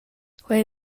quei